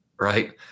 right